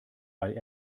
weil